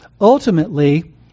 Ultimately